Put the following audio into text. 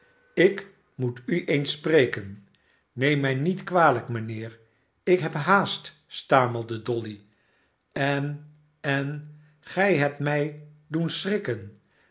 ik moet u eens spreken neem mij niet kwalijk mijnheer ik heb haast stamelde dolly en en gij hebt mij doen schrikken